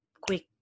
quick